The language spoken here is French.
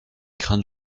crânes